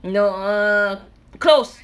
no uh close